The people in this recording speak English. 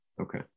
Okay